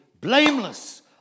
blameless